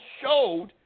showed